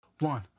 One